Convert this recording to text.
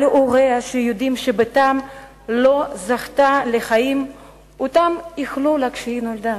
על הוריה שיודעים שבתם לא זכתה לחיים שהם איחלו לה כשהיא נולדה,